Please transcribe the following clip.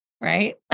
right